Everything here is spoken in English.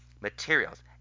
materials